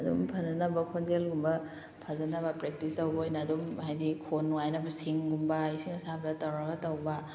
ꯑꯗꯨꯝ ꯐꯅꯅꯕ ꯈꯣꯟꯖꯦꯜꯒꯨꯝꯕ ꯐꯖꯅꯕ ꯄ꯭ꯔꯦꯛꯇꯤꯁ ꯇꯧꯕ ꯑꯣꯏꯅ ꯑꯗꯨꯝ ꯍꯥꯏꯗꯤ ꯈꯣꯟ ꯅꯨꯡꯉꯥꯏꯅꯕ ꯁꯤꯡꯒꯨꯝꯕ ꯏꯁꯤꯡ ꯑꯁꯥꯕ ꯇꯧꯔꯒ ꯇꯧꯕ